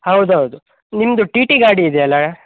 ಹೌದು ಹೌದು ನಿಮ್ಮದು ಟಿ ಟಿ ಗಾಡಿ ಇದೆಯಲ್ಲ